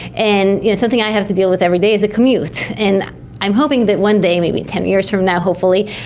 and you know something i have to deal with every day is a commute, and i'm hoping that one day, maybe ten years from now hopefully,